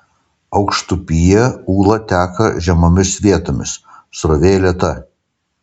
aukštupyje ūla teka žemomis vietomis srovė lėta